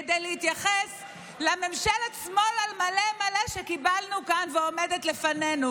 כדי להתייחס לממשלת שמאל על מלא מלא שקיבלנו כאן ועומדת לפנינו.